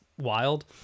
Wild